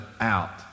out